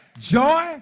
Joy